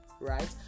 right